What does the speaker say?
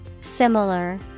Similar